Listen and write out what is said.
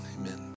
amen